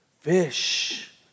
fish